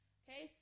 okay